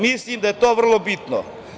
Mislim da je to vrlo bitno.